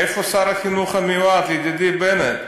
איפה שר החינוך המיועד, ידידי בנט?